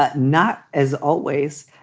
but not as always.